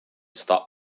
stop